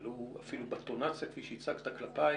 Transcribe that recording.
גם לא באינטונציה שהצגת כלפיי.